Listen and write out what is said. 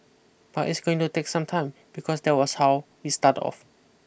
but it's going to take some time because that was how we start off